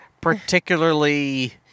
particularly